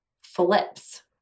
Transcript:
Flips